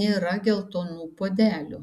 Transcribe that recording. nėra geltonų puodelių